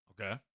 Okay